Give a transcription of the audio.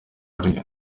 ari